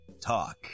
talk